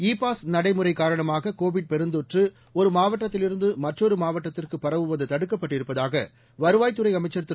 இ pass நடைமுறை காரணமாக COVID பெருந்தொற்று ஒரு மாவட்டத்திலிருந்து மற்றொரு மாவட்டத்திற்கு பரவுவது தடுக்கப்பட்டிருப்பதாக வருவாய்த்துறை அமைச்சர் திரு